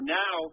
now